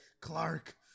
Clark